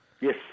Yes